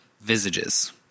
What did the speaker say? visages